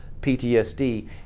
PTSD